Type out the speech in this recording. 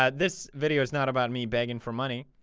ah this video is not about me begging for money,